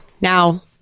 now